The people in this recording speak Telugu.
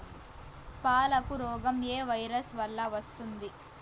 పాలకు రోగం ఏ వైరస్ వల్ల వస్తుంది?